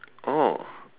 oh